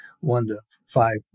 one-to-five